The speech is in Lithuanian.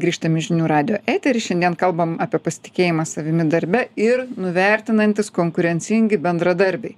grįžtam į žinių radijo eterį šiandien kalbam apie pasitikėjimą savimi darbe ir nuvertinantys konkurencingi bendradarbiai